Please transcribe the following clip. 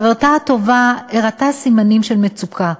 חברתה הטובה הראתה סימנים של מצוקה,